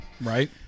right